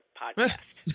podcast